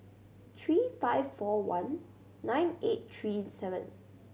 three five four one nine eight three seven